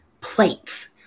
plates